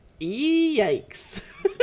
Yikes